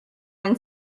when